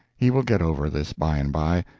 he will get over this by-and-by,